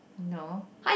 no